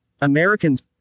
Americans